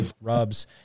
rubs